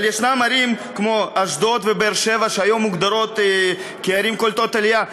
אבל יש ערים כמו אשדוד ובאר-שבע שהיום מוגדרות כערים קולטות עלייה.